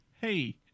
Hey